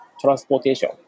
transportation